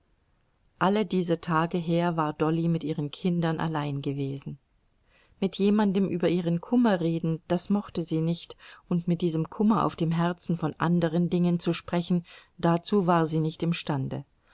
alle diese tage her war dolly mit ihren kindern allein gewesen mit jemandem über ihren kummer reden das mochte sie nicht und mit diesem kummer auf dem herzen von anderen dingen zu sprechen dazu war sie nicht imstande